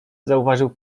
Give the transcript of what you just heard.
zauważył